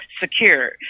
secure